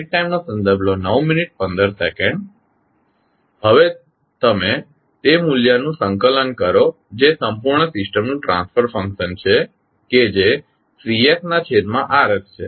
તમે હવે તે મૂલ્યનું સંકલન કરો કે જે સંપૂર્ણ સિસ્ટમનું ટ્રાન્સફર ફંક્શન છે કે જે Cs ના છેદમાં Rs છે